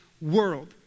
world